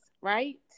right